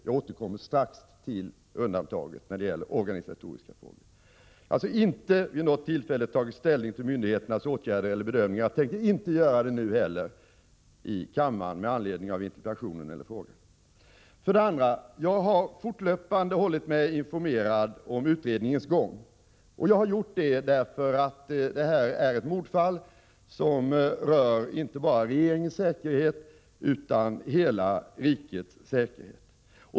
Jag återkommer strax till undantaget när det gäller organisatoriska frågor. Jag har alltså inte vid något tillfälle tagit ställning till myndigheternas åtgärder eller bedömningar, och jag tänker inte göra det nu heller här i kammaren med anledning av interpellationen eller frågan. För det andra: Jag har fortlöpande hållit mig informerad om utredningens gång. Det har jag gjort därför att detta är ett mordfall, som rör inte bara regeringens säkerhet utan hela rikets säkerhet.